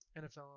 NFL